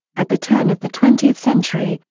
at the turn of the twentieth century,